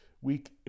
week